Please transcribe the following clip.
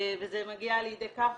וזה מגיע לידי כך